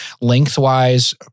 lengthwise